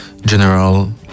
general